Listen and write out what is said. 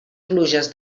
pluges